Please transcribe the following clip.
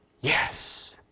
yes